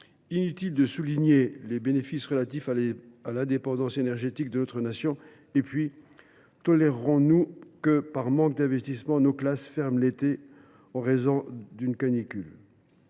Inutile de souligner les bénéfices relatifs à l’indépendance énergétique de notre nation. Et puis, tolérerons nous que, par manque d’investissements, nos classes ferment l’été en raison des canicules